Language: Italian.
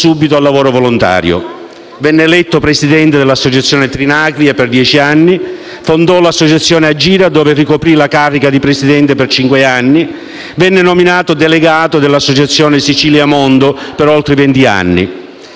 Venne eletto presidente dell'associazione Trinacria per dieci anni; fondò l'associazione Agira dove ricoprì la carica di presidente per cinque anni; venne nominato delegato dell'associazione Sicilia mondo per oltre venti anni.